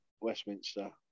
Westminster